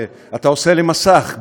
אתה עושה לי מסך,